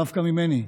דווקא ממני.